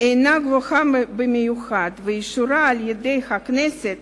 אינה גבוהה במיוחד, ואישורה על-ידי הכנסת